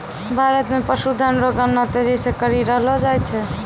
भारत मे पशुधन रो गणना तेजी से करी रहलो जाय छै